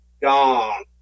gone